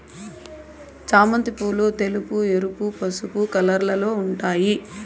చామంతి పూలు తెలుపు, ఎరుపు, పసుపు కలర్లలో ఉంటాయి